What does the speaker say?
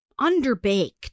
underbaked